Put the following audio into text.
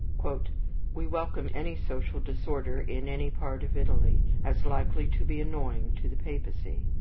we welcomed any social disorder in any part of italy, as likely to be annoying to the papacy.